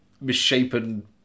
misshapen